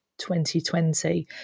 2020